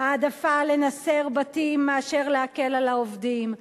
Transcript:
העדפה לנסר בתים מאשר להקל על העובדים,